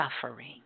suffering